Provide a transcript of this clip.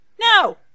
no